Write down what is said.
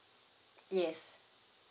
yes